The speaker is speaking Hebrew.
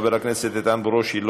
חבר הכנסת איתן ברושי,